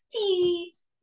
peace